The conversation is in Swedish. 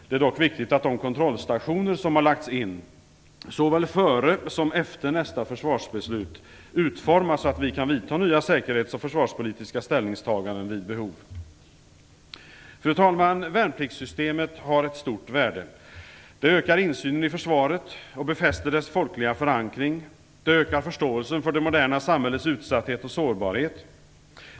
Det är dock viktigt att de kontrollstationer som lagts in såväl före som efter nästa försvarsbeslut utformas så att vi kan vidta nya säkerhets och försvarspolitiska ställningstaganden vid behov. Fru talman! Värnpliktsystemet har ett stort värde. Det ökar insynen i försvaret och befäster dess folkliga förankring. Det ökar förståelsen för det moderna samhällets utsatthet och sårbarhet.